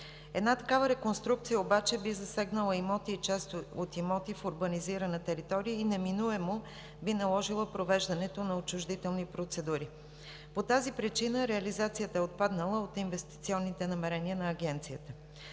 Една такава реконструкция обаче би засегнала имоти и част от имоти в урбанизирана територия и неминуемо би наложила провеждането на отчуждителни процедури. По тази причина реализацията е отпаднала от инвестиционните намерения на Агенцията.